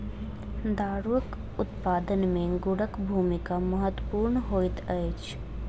दारूक उत्पादन मे गुड़क भूमिका महत्वपूर्ण होइत अछि